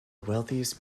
wealthiest